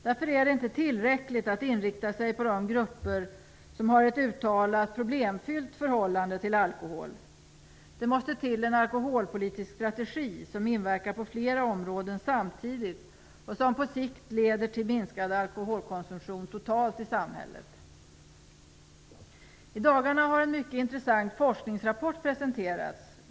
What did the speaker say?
Därför är det inte tillräckligt att inrikta sig på de grupper som har ett uttalat problemfyllt förhållande till alkohol. Det måste till en alkoholpolitisk strategi som inverkar på flera områden samtidigt och som på sikt leder till minskad alkoholkonsumtion totalt i samhället. I dagarna har en mycket intressant forskningsrapport presenterats.